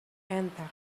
enter